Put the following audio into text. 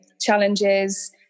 challenges